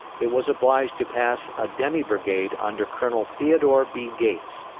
it was obliged to pass a demi-brigade under colonel theodore b. gates,